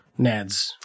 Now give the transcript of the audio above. Nads